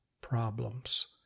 problems